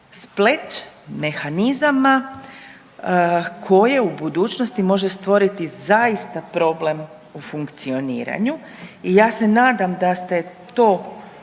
splet mehanizama koje u budućnosti može stvoriti zaista problem u funkcioniranju i ja se nadam da ste to uspjeli,